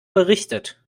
berichtet